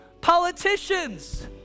politicians